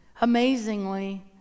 amazingly